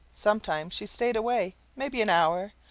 sometimes she stayed away maybe an hour,